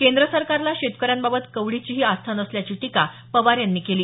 केंद्र सरकारला शेतकऱ्यांबाबत कवडीचीही आस्था नसल्याची टीका पवार यांनी केली